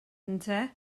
ynte